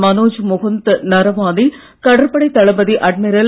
மனோஜ் முகுந்த் நரவானே கடற்படை தளபதி அட்மிரல்